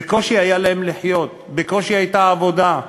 בקושי היה להם כסף לחיות, בקושי הייתה עבודה.